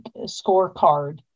scorecard